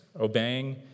obeying